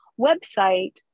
website